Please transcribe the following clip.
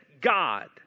God